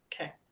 Okay